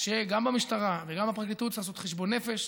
שגם במשטרה וגם בפרקליטות צריך לעשות חשבון נפש,